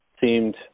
seemed